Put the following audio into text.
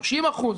30 אחוזים,